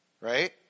right